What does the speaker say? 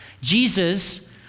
Jesus